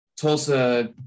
Tulsa